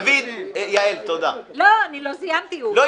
לא,